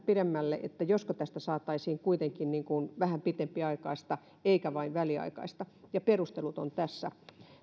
vähän pidemmälle josko tästä saataisiin kuitenkin vähän pitempiaikaista eikä vain väliaikaista ja perustelut ovat tässä